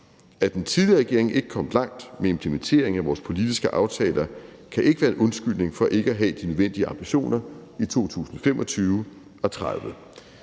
At den tidligere regering ikke kom langt med implementeringen af vores politiske aftaler, kan ikke være en undskyldning for ikke at have de nødvendige ambitioner i 2025 og 2030.